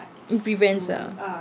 it prevents ah